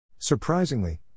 Surprisingly